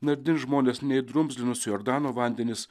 nardins žmones nei drumzlinus jordano vandenys